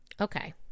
Okay